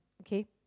okay